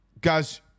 Guys